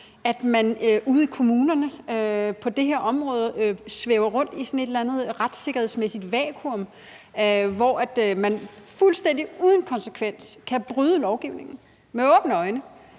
område ude i kommunerne svæver rundt i sådan et eller andet retssikkerhedsmæssigt vakuum, hvor man fuldstændig uden konsekvens og med åbne øjne